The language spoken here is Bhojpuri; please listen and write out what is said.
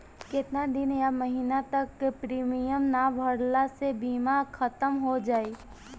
केतना दिन या महीना तक प्रीमियम ना भरला से बीमा ख़तम हो जायी?